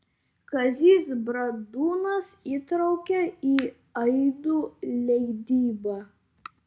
kazys bradūnas įtraukė į aidų leidybą